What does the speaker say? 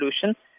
solution